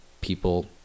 people